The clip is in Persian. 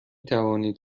توانید